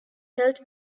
held